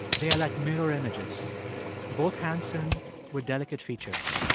they are like mirror images both handsome with delicate features.